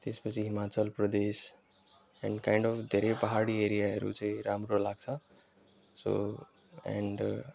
त्यसपछि Himachal Pradesh and kind of धेरै पाहाडी एरियाहरू चाहिँ राम्रो लाग्छ सो एन्ड